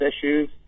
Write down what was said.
issues